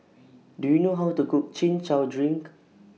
Do YOU know How to Cook Chin Chow Drink